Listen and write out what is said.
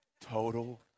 Total